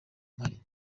mpari